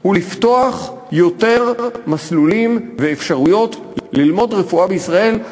הוא לפתוח יותר מסלולים ואפשרויות ללמוד רפואה בישראל,